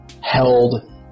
held